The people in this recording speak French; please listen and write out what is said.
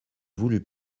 voulut